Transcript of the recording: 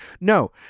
no